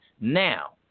Now